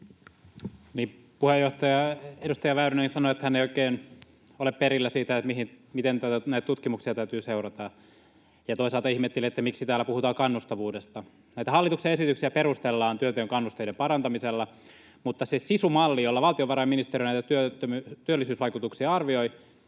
Puheenjohtaja! Edustaja Väyrynen sanoi, että hän ei oikein ole perillä siitä, miten näitä tutkimuksia täytyy seurata, ja toisaalta ihmetteli, miksi täällä puhutaan kannustavuudesta. Näitä hallituksen esityksiä perustellaan työnteon kannusteiden parantamisella, mutta se SISU-malli, jolla valtiovarainministeriö näitä työllisyysvaikutuksia arvioi,